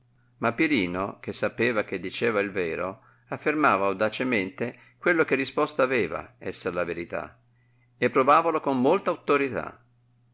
ma pirino che sapeva che diceva il vero afifermava audacemente quello che risposto aveva esser la verità e provavalo con molte auttorità